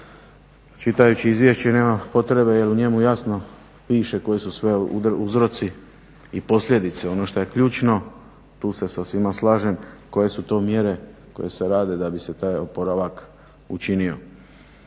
čitajući izvješće nema potrebe jer u njemu jasno piše koji su sve uzroci i posljedice ono što je ključno. Tu se sa svima slažem koje su to mjere koje se rade da bi se taj oporavak učinio.